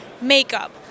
makeup